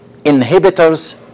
inhibitors